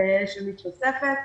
נוספת.